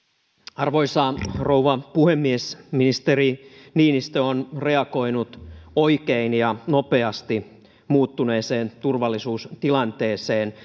arvoisa rouva puhemies ministeri niinistö on reagoinut oikein ja nopeasti muuttuneeseen turvallisuustilanteeseen